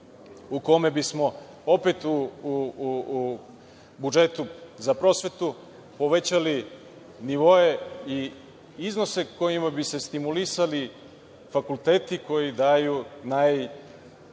u kome bismo opet u budžetu za prosvetu povećali nivoe i iznose kojima bi se stimulisali fakulteti koji daju najstručnije